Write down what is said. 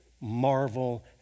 marvel